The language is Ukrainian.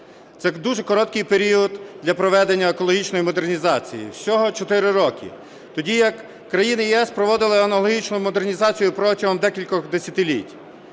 Це дуже короткий період для проведення екологічної модернізації – всього 4 роки. Тоді як країни ЄС проводили аналогічну модернізацію протягом декількох десятиліть.